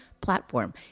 platform